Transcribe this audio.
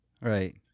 right